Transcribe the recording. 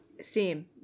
Steam